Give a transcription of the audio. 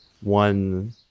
one